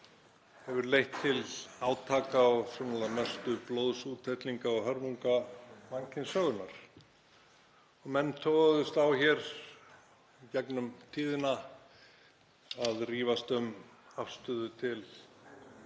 hefur leitt til átaka og sennilega mestu blóðsúthellinga og hörmunga mannkynssögunnar. Menn toguðust á hér í gegnum tíðina og rifust um afstöðu til